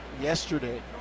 yesterday